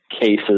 cases